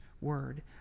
word